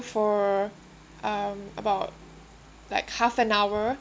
for um about like half an hour